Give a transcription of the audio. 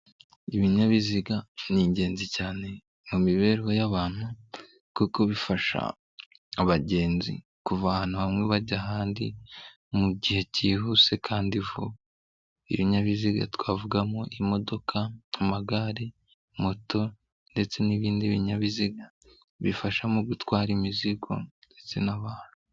Ibinyabiziga n'ingenzi cyane mu mibereho y'abantu kuko bifasha abagenzi kuva ahantu hamwe bajya ahandi mu gihe cyihuse kandi vuba, ibinyabiziga twavugamo imodoka amagare, moto ndetse n'ibindi binyabiziga bifasha mu gutwara imizigo ndetse n'abantu.